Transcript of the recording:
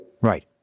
Right